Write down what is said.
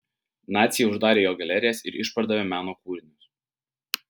naciai uždarė jo galerijas ir išpardavė meno kūrinius